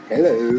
Hello